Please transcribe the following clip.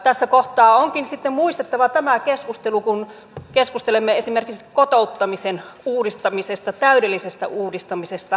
tässä kohtaa onkin sitten muistettava tämä keskustelu kun keskustelemme esimerkiksi kotouttamisen uudistamisesta täydellisestä uudistamisesta